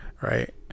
right